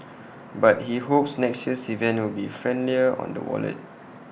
but he hopes next year's event will be friendlier on the wallet